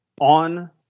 on